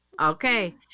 Okay